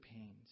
pains